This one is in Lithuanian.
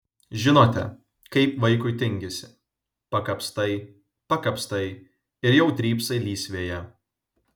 žinote kaip vaikui tingisi pakapstai pakapstai ir jau drybsai lysvėje